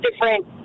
different